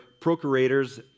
procurators